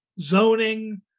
zoning